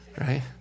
Right